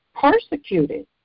persecuted